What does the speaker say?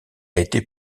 été